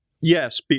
Yes